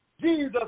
Jesus